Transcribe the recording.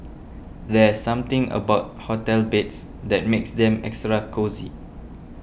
there's something about hotel beds that makes them extra cosy